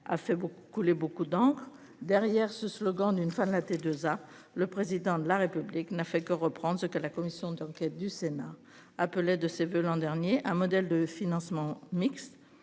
beaucoup couler beaucoup dans, derrière ce slogan d'une femme de la T2A. Le président de la République n'a fait que reprendre ce que la commission d'enquête du Sénat appelait de ses voeux l'an dernier un modèle de financement mixte,